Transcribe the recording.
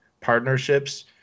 partnerships